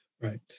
Right